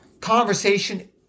conversation